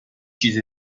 چیز